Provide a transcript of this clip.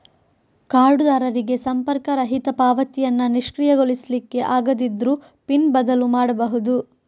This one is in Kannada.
ಕಾರ್ಡುದಾರರಿಗೆ ಸಂಪರ್ಕರಹಿತ ಪಾವತಿಯನ್ನ ನಿಷ್ಕ್ರಿಯಗೊಳಿಸ್ಲಿಕ್ಕೆ ಆಗದಿದ್ರೂ ಪಿನ್ ಬದಲು ಮಾಡ್ಬಹುದು